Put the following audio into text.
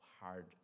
hard